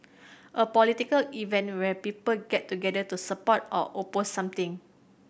a political event where people get together to support or oppose something